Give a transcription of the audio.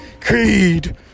Creed